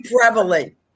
prevalent